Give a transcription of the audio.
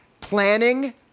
planning